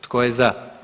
Tko je za?